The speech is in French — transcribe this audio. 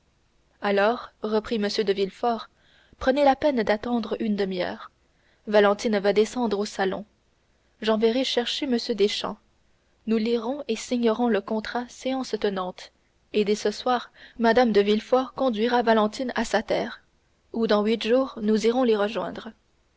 alors reprit m de villefort prenez la peine d'attendre une demi-heure valentine va descendre au salon j'enverrai chercher m deschamps nous lirons et signerons le contrat séance tenante et dès ce soir mme de villefort conduira valentine à sa terre où dans huit jours nous irons les rejoindre